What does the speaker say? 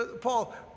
Paul